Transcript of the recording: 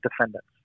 defendants